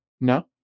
No